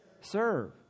Serve